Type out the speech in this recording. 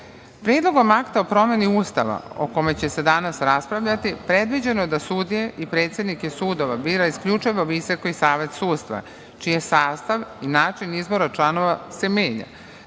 Srbije. Predlogom akta o promeni Ustava o kome će se danas raspravljati predviđeno je da sudije i predsednike sudova bira isključivo Visoki savet sudstva čiji sastav i način izbora članova se menja,